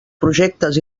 projectes